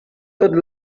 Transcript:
tot